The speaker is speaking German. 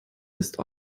ist